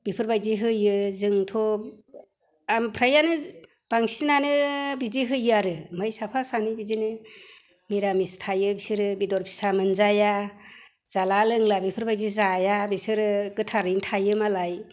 बेफोरबायदि होयो जोंथ' आं फ्रायानो बांसिनानो बिदि होयो आरो ओमफ्राय साफा सानै बिदिनो निरामिस थायो बिसोरो बेदर फिसा मोनजाया जाला लोंला बेफोरबायदि जाया बिसोरो गोथारैनो थायो मालाय